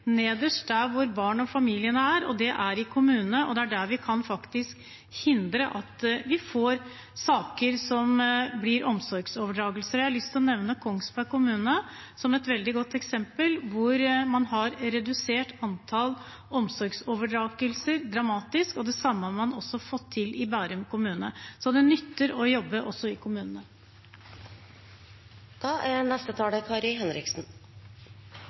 der hvor barna og familiene er, og det er i kommunene. Det er der vi faktisk kan hindre at vi får saker som blir omsorgsoverdragelser. Jeg har lyst til å nevne Kongsberg kommune som et veldig godt eksempel. Der har man redusert antall omsorgsoverdragelser dramatisk, og det samme har man også fått til i Bærum kommune. Så det nytter å jobbe også i kommunene.